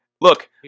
Look